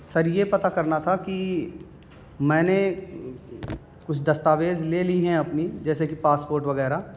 سر یہ پتہ کرنا تھا کہ میں نے کچھ دستاویز لے لی ہیں اپنی جیسے کہ پاسپورٹ وغیرہ